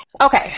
okay